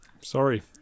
sorry